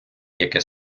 яке